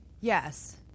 Yes